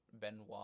Benoit